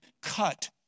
cut